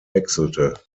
wechselte